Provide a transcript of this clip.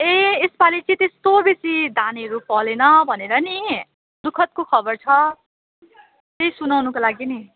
ए यसपालि चाहिँ त्यस्तो बेसी धानहरू फलेन भनेर नि दुःखदको खबर छ त्यही सुनाउनुको लागि नि